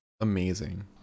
amazing